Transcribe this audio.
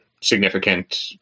significant